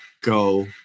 go